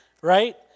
right